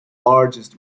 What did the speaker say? largest